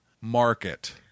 market